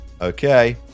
Okay